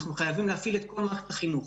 אנחנו חייבים להפעיל את כל מערכת החינוך.